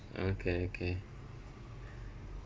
okay okay